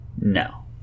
No